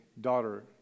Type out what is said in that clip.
daughter